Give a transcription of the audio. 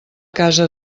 casa